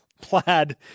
Plaid